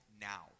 Now